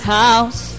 house